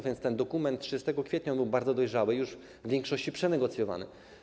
Więc ten dokument z 30 kwietnia był bardzo dojrzały, już w większości przenegocjowany.